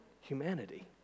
humanity